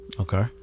okay